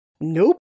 nope